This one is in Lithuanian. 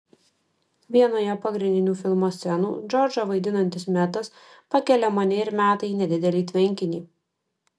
vienoje pagrindinių filmo scenų džordžą vaidinantis metas pakelia mane ir meta į nedidelį tvenkinį